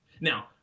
Now